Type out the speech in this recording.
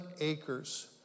acres